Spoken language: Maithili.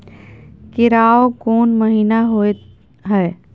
केराव कोन महीना होय हय?